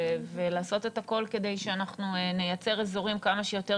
ולעשות הכול כדי שנייצר אזורים כמה שיותר